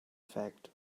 fact